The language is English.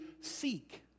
seek